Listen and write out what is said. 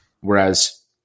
Whereas